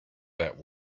that